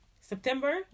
September